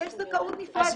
יש זכאות נפרדת.